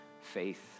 faith